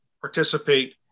participate